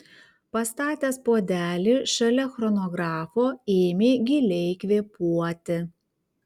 pastatęs puodelį šalia chronografo ėmė giliai kvėpuoti